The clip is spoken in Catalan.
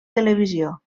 televisió